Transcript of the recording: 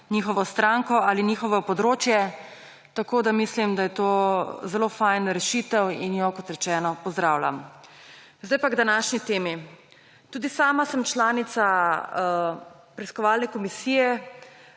njihovo stranko ali njihovo področje. Mislim, da je to zelo fajn rešitev in jo, kot rečeno, pozdravljam. Sedaj pa k današnji temi. Tudi sama sem članica preiskovalne komisije,